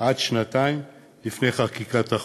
עד שנתיים לפני חקיקת החוק.